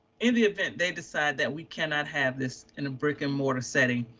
in the event they decide that we cannot have this in a brick and mortar setting.